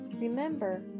Remember